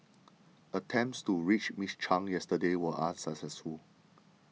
attempts to reach Miss Chung yesterday were unsuccessful